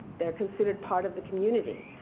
they're considered part of the community.